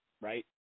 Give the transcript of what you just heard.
right